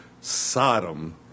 Sodom